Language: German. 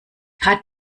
hat